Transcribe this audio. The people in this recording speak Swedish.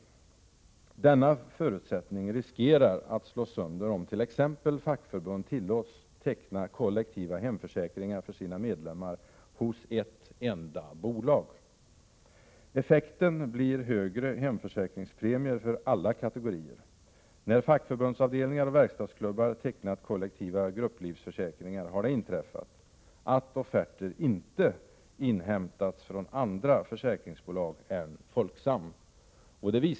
Denna förutsättning riskerar att slås sönder, om t.ex. fackförbund tillåts teckna kollektiva hemförsäkringar för sina medlemmar hos ett enda bolag. Effekten blir högre hemförsäkringspremier för alla kategorier. När fackförbundsavdelningar och verkstadsklubbar har tecknat kollektiva grupplivförsäkringar har det inträffat att offerter inte inhämtats från andra försäkringsbolag än Folksam.